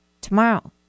tomorrow